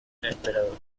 inesperado